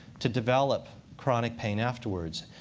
to develop chronic pain afterwards.